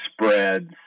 spreads